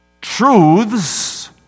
truths